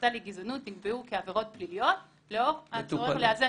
הסתה לגזענות נקבעו כעבירות פליליות לאור הצורך לאזן